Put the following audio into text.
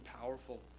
powerful